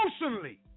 emotionally